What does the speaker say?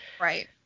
Right